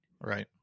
Right